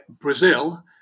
Brazil